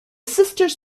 sisters